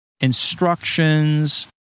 instructions